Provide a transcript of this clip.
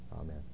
Amen